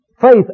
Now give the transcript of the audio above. Faith